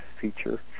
feature